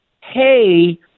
hey